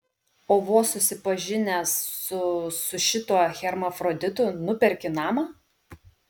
o vos susipažinęs su su šituo hermafroditu nuperki namą